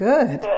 Good